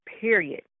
period